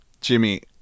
Jimmy